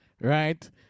Right